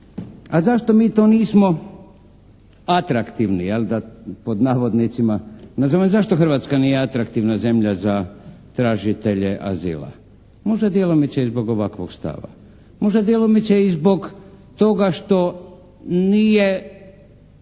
a zašto mi to nismo atraktivni jel da pod navodnicima nazovem zašto Hrvatska nije atraktivna zemlja za tražitelje azila. Možda djelomice i zbog ovakvog stava. Možda djelomice i zbog toga što nije